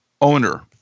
owner